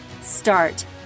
start